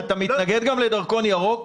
אתה גם מתנגד לדרכון ירוק?